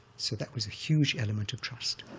so that was a huge element of trust.